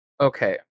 Okay